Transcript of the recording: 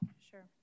Sure